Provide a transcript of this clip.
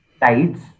tides